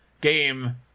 game